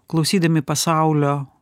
klausydami pasaulio